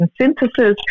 synthesis